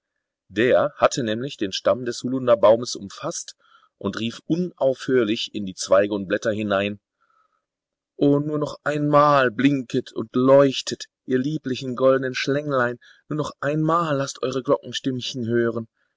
der hatte nämlich den stamm des holunderbaumes umfaßt und rief unaufhörlich in die zweige und blätter hinein o nur noch einmal blinket und leuchtet ihr lieblichen goldnen schlänglein nur noch einmal laßt eure glockenstimmchen hören